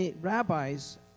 rabbis